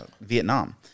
Vietnam